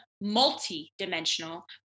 multi-dimensional